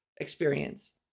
experience